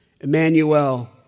Emmanuel